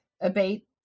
abate